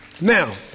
Now